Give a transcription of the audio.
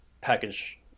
package